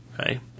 Okay